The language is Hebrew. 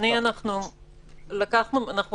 אדוני, אנחנו